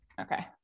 okay